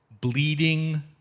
bleeding